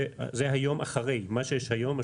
מה שיש היום,